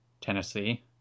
Tennessee